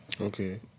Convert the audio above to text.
Okay